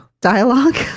dialogue